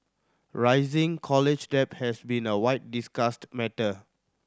rising college debt has been a widely discussed matter